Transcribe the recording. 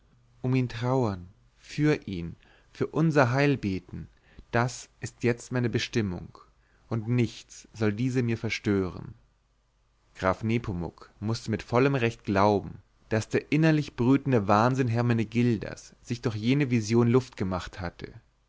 um ihn trauern für ihn für unser heil beten das ist jetzt meine bestimmung und nichts soll diese mir verstören graf nepomuk mußte mit vollem recht glauben daß der innerlich brütende wahnsinn hermenegildas sich durch jene vision luft gemacht habe